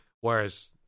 Whereas